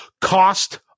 Cost